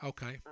Okay